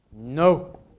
No